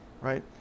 right